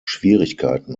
schwierigkeiten